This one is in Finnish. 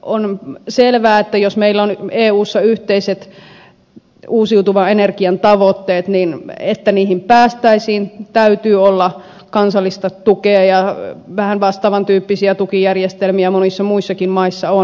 on selvää että jos meillä on eussa yhteiset uusiutuvan energian tavoitteet niin jotta niihin päästäisiin täytyy olla kansallista tukea ja vähän vastaavan tyyppisiä tukijärjestelmiä monissa muissakin maissa on